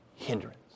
hindrance